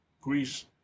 Greece